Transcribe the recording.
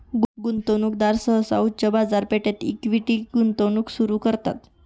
गुंतवणूकदार सहसा उच्च बाजारपेठेत इक्विटी गुंतवणूक सुरू करतात